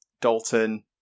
Dalton